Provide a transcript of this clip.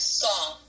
soft